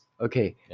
Okay